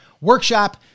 workshop